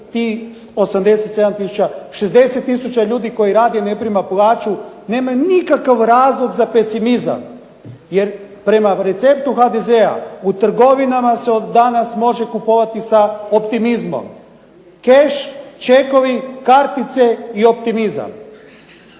tih 87 tisuća, 60 tisuća ljudi koji radi i ne prima plaću nemaju nikakav razlog za pesimizam, jer prema receptu HDZ-a u trgovinama se od danas može kupovati sa optimizmom. Keš, čekovi, kartice i optimizam.